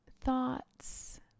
thoughts